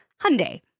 Hyundai